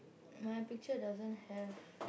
my picture doesn't have